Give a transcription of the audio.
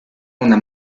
una